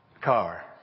car